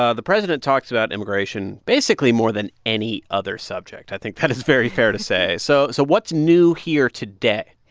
ah the president talks about immigration basically more than any other subject. i think that is very fair to say. so so what's new here today?